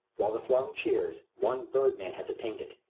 while the throng cheers, one bird-man has attained it.